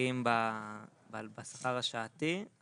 מתומחרים בשכר השעתי.